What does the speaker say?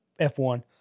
F1